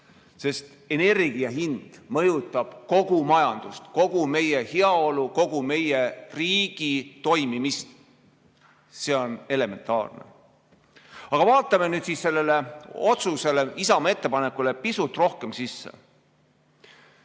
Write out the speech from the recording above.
Sest energia hind mõjutab kogu majandust, kogu meie heaolu, kogu meie riigi toimimist. See on elementaarne. Aga vaatame nüüd sellele otsusele, Isamaa ettepanekule pisut rohkem sisse.